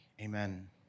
Amen